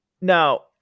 Now